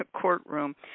courtroom